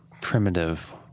primitive